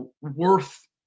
worth